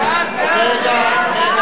רגע.